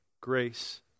grace